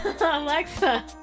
Alexa